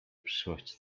przyszłości